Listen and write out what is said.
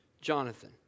Jonathan